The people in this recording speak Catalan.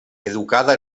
educada